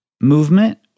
movement